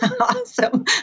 Awesome